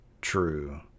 true